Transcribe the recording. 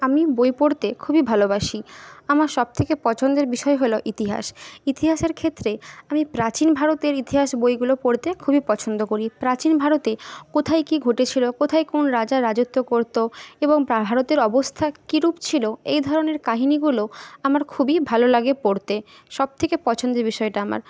আমি বই পড়তে খুবই ভালোবাসি আমার সবথেকে পছন্দের বিষয় হলো ইতিহাস ইতিহাসের ক্ষেত্রে আমি প্রাচীন ভারতের ইতিহাস বইগুলো পড়তে খুবই পছন্দ করি প্রাচীন ভারতে কোথায় কী ঘটেছিল কোথায় কোন রাজা রাজত্ব করত এবং ভারতের অবস্থা কীরূপ ছিল এই ধরনের কাহিনিগুলো আমার খুবই ভালো লাগে পড়তে সবথেকে পছন্দের বিষয় এটা আমার